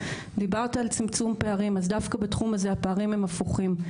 דיברת על צמצום פערים ודווקא בתחום הזה הפערים הם הפוכים,